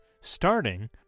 Starting